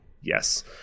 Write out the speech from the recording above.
Yes